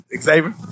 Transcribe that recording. Xavier